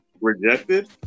rejected